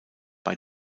bei